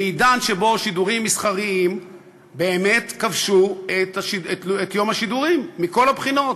בעידן שבו שידורים מסחריים באמת כבשו את יום השידורים מכל הבחינות,